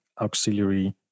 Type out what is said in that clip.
auxiliary